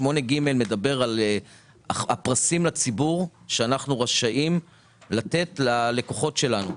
סעיף 8(ג) מדבר על הפרסים לציבור שאנחנו רשאים לתת ללקוחות שלנו.